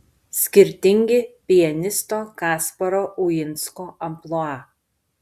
skirtingi pianisto kasparo uinsko amplua